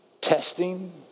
testing